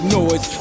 noise